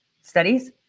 studies